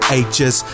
ages